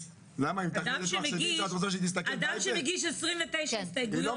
אז, אדם שמגיש 29 הסתייגויות --- למה?